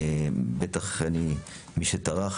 בטח מי שטרח.